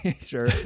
Sure